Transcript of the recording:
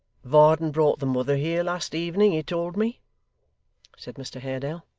varden brought the mother here last evening, he told me said mr haredale.